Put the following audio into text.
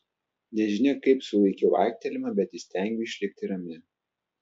nežinia kaip sulaikau aiktelėjimą bet įstengiu išlikti rami